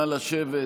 נא לשבת.